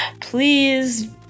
please